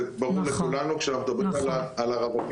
זה ברור לכולנו כשאנחנו מדברים על הרווקים.